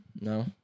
No